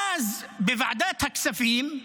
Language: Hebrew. ואז בוועדת הכספים,